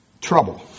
trouble